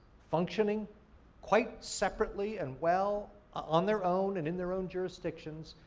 functioning quite separately and well on their own and in their own jurisdictions,